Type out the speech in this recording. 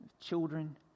children